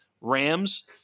Rams